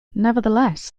nevertheless